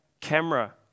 camera